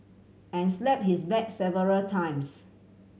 and slapped his back several times